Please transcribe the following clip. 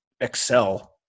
excel